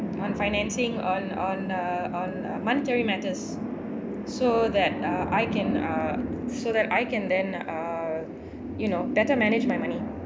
on financing on on uh on uh monetary matters so that uh I can uh so that I can then uh you know better manage my money